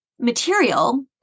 material